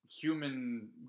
human